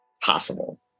possible